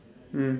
mm